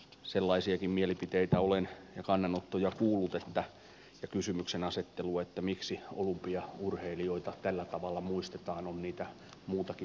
sellaisiakin mielipiteitä ja kannanottoja ja kysymyksenasettelua olen kuullut että miksi olympiaurheilijoita tällä tavalla muistetaan on niitä muitakin muistettavia